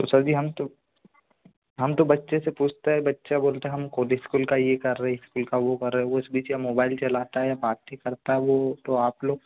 तो सर जी हम तो हम तो बच्चे से पूछते हैं बच्चा बोलता है हम ख़ुद स्कूल का यह कर रही स्कूल का वो करें उसे दीजिए मोबाइल चलाता है बारे करता है वो तो आप लो